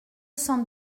cent